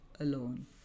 alone